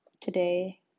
today